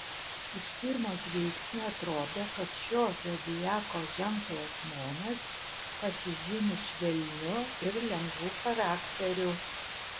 iš pirmo žvilgsnio atrodo kad šio zodiako ženklo žmonės pasižymi švelniu ir lengvu charakteriu